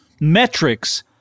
metrics